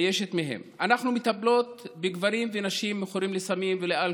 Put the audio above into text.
אנחנו מטפלות בגברים ונשים מכורים לסמים ולאלכוהול,